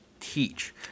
teach